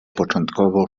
początkowo